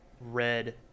red